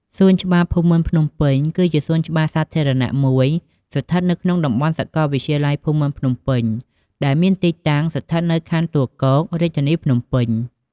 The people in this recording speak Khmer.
សួនច្បារភូមិន្ទភ្នំពេញ គឺជាសួនច្បារសាធារណៈមួយស្ថិតនៅក្នុងតំបន់សាកលវិទ្យាល័យភូមិន្ទភ្នំពេញ ដែលមានទីតាំងស្ថិតនៅខណ្ឌទួលគោក រាជធានីភ្នំពេញ។